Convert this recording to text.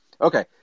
okay